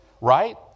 right